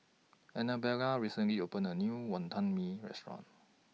Annabella recently opened A New Wonton Mee Restaurant